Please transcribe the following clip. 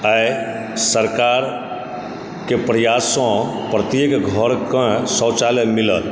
आइ सरकारके प्रयाससँ प्रत्येक घरकेँ शौचालय मिलल